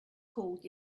called